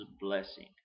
blessing